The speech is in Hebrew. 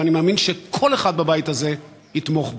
ואני מאמין שכל אחד בבית הזה יתמוך בה.